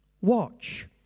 watch